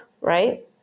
right